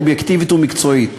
אובייקטיבית ומקצועית.